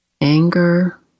anger